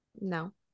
no